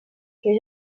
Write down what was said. que